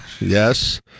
Yes